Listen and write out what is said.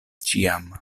ĉiam